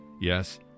Yes